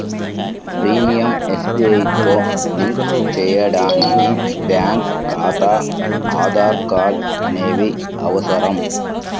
పీయంఎస్బీఐతో లింక్ చేయడానికి బ్యేంకు ఖాతా, ఆధార్ కార్డ్ అనేవి అవసరం